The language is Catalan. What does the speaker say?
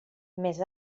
més